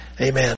Amen